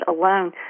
alone